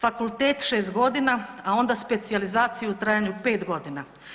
Fakultet 6 godina, a onda specijalizaciju u trajanju od 5 godina.